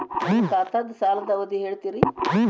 ನನ್ನ ಖಾತಾದ್ದ ಸಾಲದ್ ಅವಧಿ ಹೇಳ್ರಿ